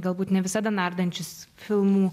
galbūt ne visada nardančius filmų